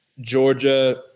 Georgia –